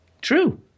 true